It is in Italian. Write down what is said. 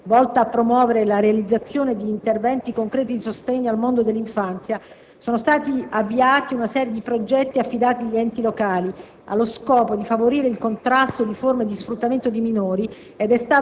Inoltre, attraverso la legge n. 285 del 1997, volta a promuovere la realizzazione di interventi concreti di sostegno al mondo dell'infanzia, sono stati avviati una serie di progetti affidati agli enti locali